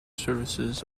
services